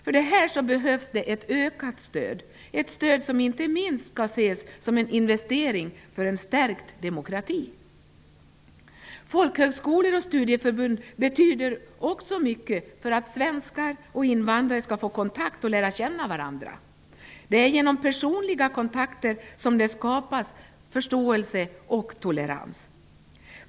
För detta behövs det ett ökat stöd, ett stöd som inte minst skall ses som en investering för stärkt demokrati. Folkhögskolor och studieförbund betyder också mycket för att svenskar och invandrare skall få kontakt och lära känna varandra. Det är genom personliga kontakter som det skapas förståelse och tolerans.